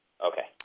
Okay